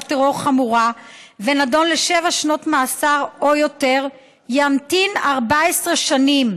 טרור חמורה ונדון לשבע שנות מאסר או יותר ימתין 14 שנים,